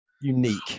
unique